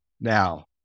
Now